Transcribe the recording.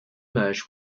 merged